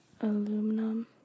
Aluminum